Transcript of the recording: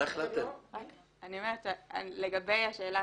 אנחנו נלמד את הנושא.